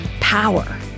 power